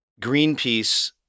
Greenpeace